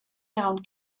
iawn